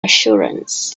assurance